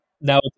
Now